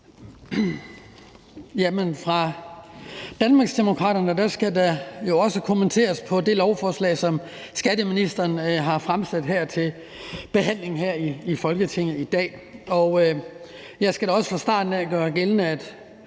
Fra Danmarksdemokraternes side skal der jo også kommenteres på det lovforslag, som skatteministeren har fremsat til behandling her i Folketinget i dag. Jeg skal da også fra starten gøre gældende,